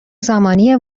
زمانی